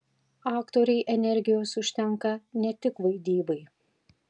aktorei energijos užtenka ne tik vaidybai